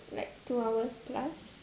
like two hours plus